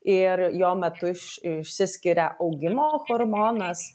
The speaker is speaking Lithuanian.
ir jo metu išsiskiria augimo hormonas